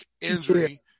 injury